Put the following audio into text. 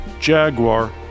Jaguar